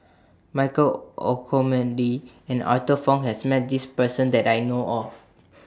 Michael Olcomendy and Arthur Fong has Met This Person that I know of